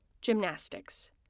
Gymnastics